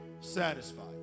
satisfied